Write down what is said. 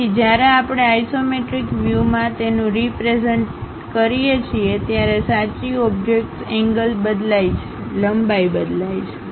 તેથી જ્યારે આપણે આઇસોમેટ્રિક વ્યૂમાં તેનું રીપ્રેઝન્ટ કરીએ છીએ ત્યારે સાચી ઓબ્જેક્ટ્સ એંગલ બદલાય છે લંબાઈ બદલાય છે